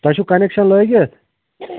تۄہہِ چھُو کنیکشَن لٲگِتھ